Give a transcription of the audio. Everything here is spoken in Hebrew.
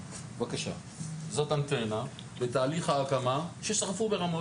בבקשה, זאת אנטנה בתהליך ההקמה ששרפו ברמות.